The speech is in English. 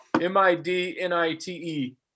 m-i-d-n-i-t-e